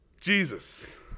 Jesus